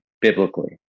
biblically